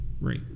right